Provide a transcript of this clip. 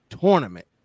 Tournament